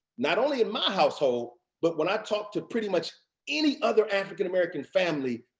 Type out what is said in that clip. not only in my household, but when i talk to pretty much any other african american family,